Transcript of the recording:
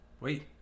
Wait